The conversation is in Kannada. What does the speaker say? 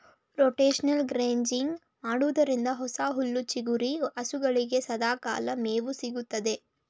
ರೋಟೇಷನಲ್ ಗ್ರಜಿಂಗ್ ಮಾಡೋದ್ರಿಂದ ಹೊಸ ಹುಲ್ಲು ಚಿಗುರಿ ಹಸುಗಳಿಗೆ ಸದಾಕಾಲ ಮೇವು ಸಿಗುತ್ತದೆ